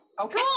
Okay